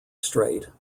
straight